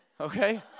Okay